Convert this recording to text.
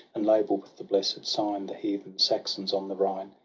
and label with the blessed sign the heathen saxons on the rhine.